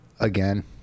again